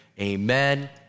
Amen